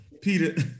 Peter